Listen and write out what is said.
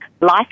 life